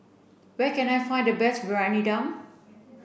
where can I find the best Briyani Dum